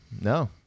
No